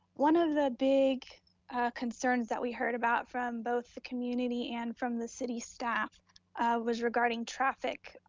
one of the big concerns that we heard about from both the community and from the city staff was regarding traffic,